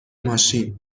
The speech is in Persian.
ماشین